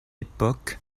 époque